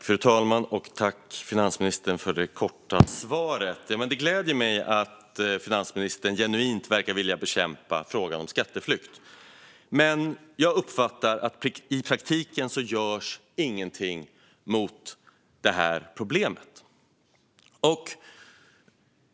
Fru talman! Jag tackar finansministern för det korta svaret. Det gläder mig att finansministern genuint verkar vilja bekämpa skatteflykt. Men som jag uppfattar det görs inget i praktiken åt detta problem.